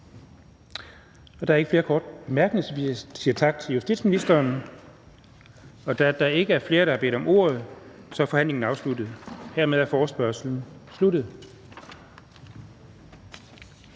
Der er ikke flere korte bemærkninger, så vi siger tak til justitsministeren. Da der ikke er flere, der har bedt om ordet, er forhandlingen afsluttet. [Afstemningen om de